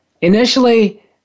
Initially